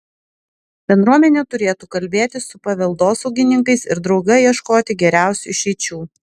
bendruomenė turėtų kalbėtis su paveldosaugininkais ir drauge ieškoti geriausių išeičių